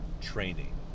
training